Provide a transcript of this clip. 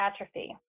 atrophy